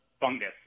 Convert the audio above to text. fungus